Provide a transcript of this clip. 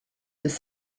his